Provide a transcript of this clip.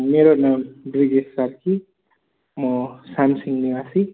मेरो नाम ब्रिजेश सार्की म सामसिङ निवासी